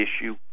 issue